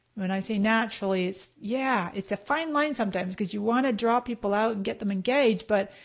when i say naturally it's yeah, it's a fine line sometimes. because you want to draw people out and get them engaged, but